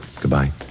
Goodbye